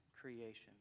creation